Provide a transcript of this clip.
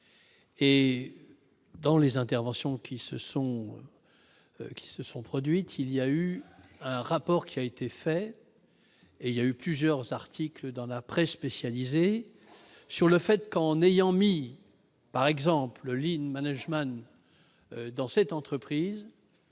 et dans les interventions qui se sont, qui se sont produites il y a eu un rapport qui a été fait et il y a eu plusieurs articles dans la presse spécialisée sur le fait qu'en ayant mis par exemple Lienemann Ajman dans cette entreprise,